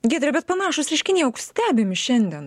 giedre bet panašūs reiškiniai juk stebimi šiandien